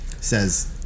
Says